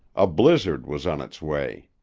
a blizzard was on its way.